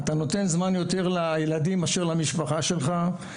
אתה נותן זמן יותר לילדים מאשר למשפחה שלך.